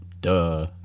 Duh